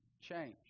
change